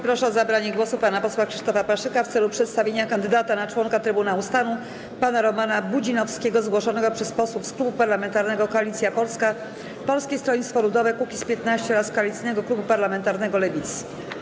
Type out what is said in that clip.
Proszę o zabranie głosu pana posła Krzysztofa Paszyka w celu przedstawienia kandydata na członka Trybunału Stanu pana Romana Budzinowskiego, zgłoszonego przez posłów z Klubu Parlamentarnego Koalicja Polska - Polskie Stronnictwo Ludowe - Kukiz15 oraz Koalicyjnego Klubu Parlamentarnego Lewicy.